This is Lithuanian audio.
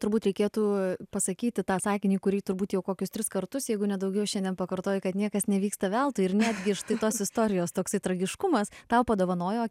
turbūt reikėtų pasakyti tą sakinį kurį turbūt jau kokius tris kartus jeigu ne daugiau šiandien pakartojai kad niekas nevyksta veltui ir netgi štai tos istorijos toksai tragiškumas tau padovanojo